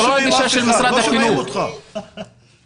אנחנו לא שומעים אותך, עופר.